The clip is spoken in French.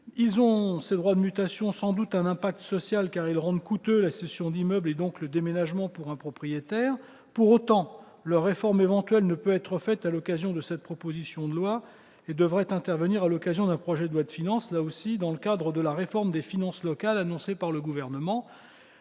l'objet de critiques. Ils ont sans doute un impact social, car ils rendent coûteuse la cession d'immeuble, donc le déménagement pour un propriétaire. Pour autant, leur réforme éventuelle ne peut être faite à l'occasion de cette proposition de loi et devrait intervenir dans un projet de loi de finances, dans le cadre de la réforme des finances locales annoncée par le Gouvernement.